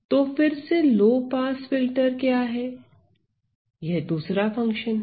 तो फिर से लो पास फिल्टर क्या है यह दूसरा फंक्शन है